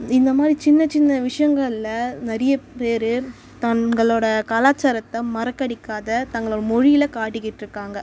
இந்தமாதிரி சின்னச்சின்ன விஷியங்களில் நிறைய பேர் தங்களோடய கலாச்சாரத்தை மறக்கடிக்காத தங்களோடய மொழியில காட்டிக்கிட்டுருக்காங்க